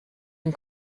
une